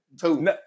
Two